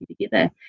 together